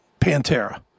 pantera